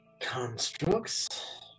constructs